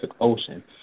Ocean